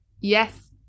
yes